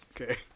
Okay